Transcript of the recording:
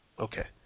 Okay